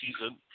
season